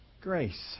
grace